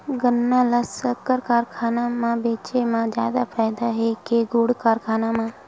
गन्ना ल शक्कर कारखाना म बेचे म जादा फ़ायदा हे के गुण कारखाना म?